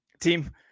team